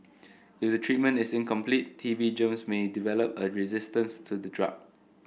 if the treatment is incomplete T B germs may develop a resistance to the drug